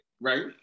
right